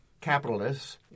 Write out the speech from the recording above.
capitalists